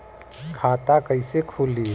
खाता कईसे खुली?